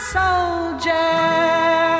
soldier